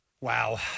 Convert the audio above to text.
wow